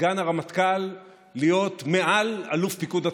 סגן הרמטכ"ל להיות מעל אלוף פיקוד הצפון.